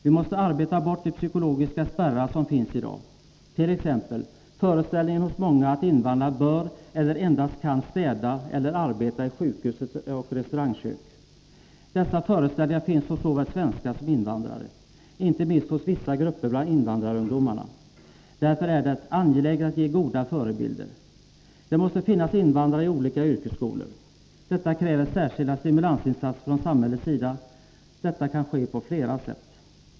Vi måste arbeta bort de psykologiska spärrar som finns i dag, t.ex. föreställningen hos många att invandrare bör eller endast kan städa eller arbeta i sjukhus och restaurangkök. Dessa föreställningar finns hos såväl svenskar som invandrare, inte minst hos vissa grupper bland invandrarungdomarna. Därför är det angeläget att ge goda förebilder. Det måste finnas invandrare i olika yrkesskolor. Detta kräver särskilda stimulansinsatser från samhällets sida. Denna stimulans kan ges på flera sätt.